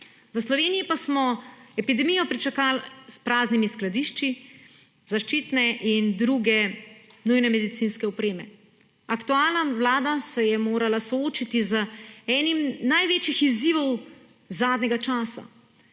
V Sloveniji pa smo v epidemijo pričakali s praznimi skladišči zaščitne in druge nujne medicinske opreme. Aktualna vlada se je morala soočiti z enim največjih izzivov zadnjega časa,